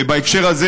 ובהקשר הזה,